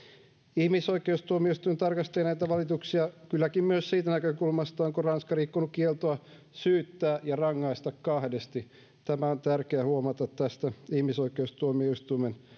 ihmisoikeustuomioistuin tarkastelee näitä valituksia kylläkin myös siitä näkökulmasta onko ranska rikkonut kieltoa syyttää ja rangaista kahdesti tämä on tärkeää huomata tästä ihmisoikeustuomioistuimen